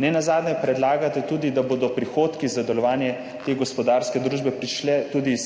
Nenazadnje predlagate tudi, da bodo prihodki za delovanje te gospodarske družbe prišle tudi iz,